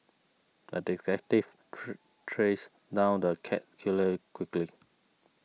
the detective trace down the cat killer quickly